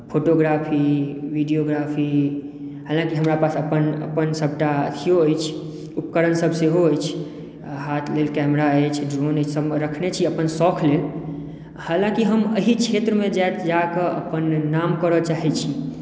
photography videography हलाँकि हमरा पास अपन अपन सभटा अथियो अछि उपकरणसभ सेहो अछि हाथ लेल कैमरा अछि ड्रोन ईसभ रखने छी अपन सौख लेल हलाँकि हम एहि क्षेत्रमे जाके अपन नाम करय चाहैत छी